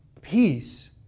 peace